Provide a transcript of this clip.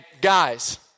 guys